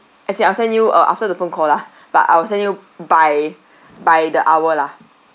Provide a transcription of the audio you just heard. I see I'll send you uh after the phone call lah but I will send you by by the hour lah